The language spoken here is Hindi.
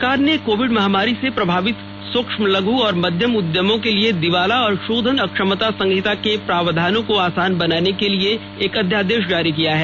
सरकार ने कोविड महामारी से प्रभावित सूक्ष्म लघु और मध्यम उद्यमों के लिए दिवाला और शोधन अक्षमता संहिता के प्रावधानों को आसान बनाने के लिए एक अध्यादेश जारी किया है